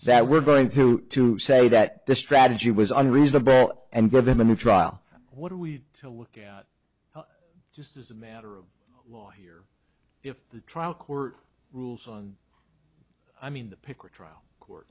that we're going to to say that the strategy was unreasonable and given a new trial what are we to look at just as a matter of law here if the trial court rules on i mean pick a trial